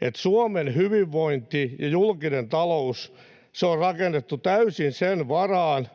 että Suomen hyvinvointi ja julkinen talous on rakennettu täysin sen varaan,